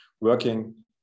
working